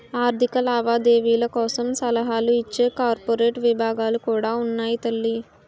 ఆర్థిక లావాదేవీల కోసం సలహాలు ఇచ్చే కార్పొరేట్ విభాగాలు కూడా ఉన్నాయి తల్లీ